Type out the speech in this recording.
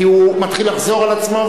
כי הוא מתחיל לחזור על עצמו,